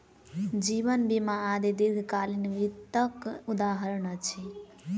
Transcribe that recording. जीवन बीमा आदि दीर्घकालीन वित्तक उदहारण अछि